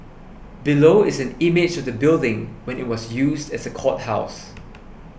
below is an image of the building when it was used as a courthouse